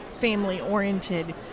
family-oriented